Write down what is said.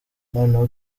noneho